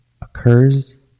occurs